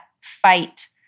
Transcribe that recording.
fight